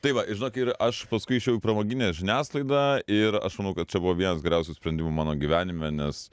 tai va ir žinok ir aš paskui išėjau į pramoginę žiniasklaidą ir aš manau kad čia buvo vienas geriausių sprendimų mano gyvenime nes